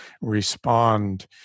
respond